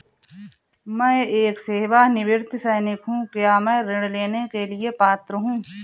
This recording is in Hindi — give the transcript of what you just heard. मैं एक सेवानिवृत्त सैनिक हूँ क्या मैं ऋण लेने के लिए पात्र हूँ?